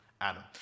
Adam